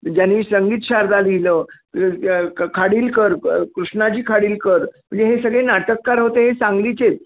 ज्यांनी संगीत शारदा लिहिलं खाडिलकर कृष्णाजी खाडिलकर म्हणजे हे सगळे नाटककार होते हे सांगलीचेच